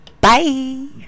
bye